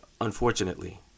Unfortunately